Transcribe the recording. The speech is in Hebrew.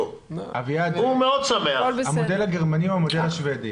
עבר --- המודל הגרמני או המודל השוודי.